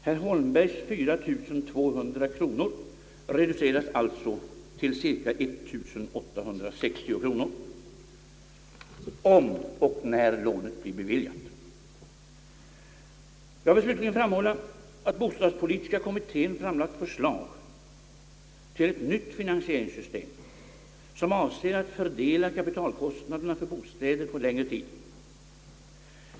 Herr Holmbergs 4 200 kronor reduceras alltså till ca 1860 kronor, om och när lånet blir beviljat. Jag vill slutligen framhålla att bostadspolitiska kommittén framlagt förslag till nytt finansieringssystem, som avser att fördela kapitalkostnaderna för bostäder på en längre tid.